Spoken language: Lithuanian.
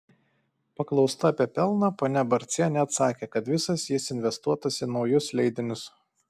paklausta apie pelną ponia barcienė atsakė kad visas jis investuotas į naujus leidinius